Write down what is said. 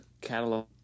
catalog